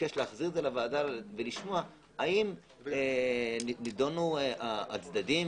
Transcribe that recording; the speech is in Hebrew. להחזיר את זה לוועדה ולשמוע האם נדונו הצדדים